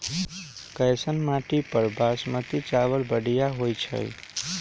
कैसन माटी पर बासमती चावल बढ़िया होई छई?